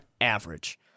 average